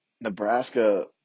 Nebraska